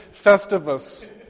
Festivus